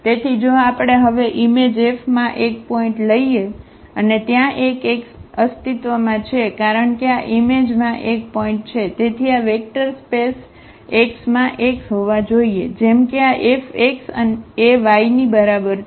તેથી જો આપણે હવે ઈમેજ F માં એક પોઇન્ટ લઈએ અને ત્યાં એક X અસ્તિત્વમાં છે કારણ કે આ ઈમેજ માં એક પોઇન્ટ છે તેથી આ વેક્ટર સ્પેસ X માં X હોવા જોઈએ જેમ કે આ F x એ y ની બરાબર છે